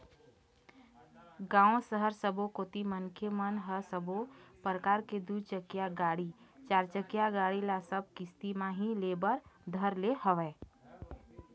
गाँव, सहर सबो कोती मनखे मन ह सब्बो परकार के दू चकिया गाड़ी, चारचकिया गाड़ी ल सब किस्ती म ही ले बर धर ले हवय